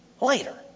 later